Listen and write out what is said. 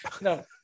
No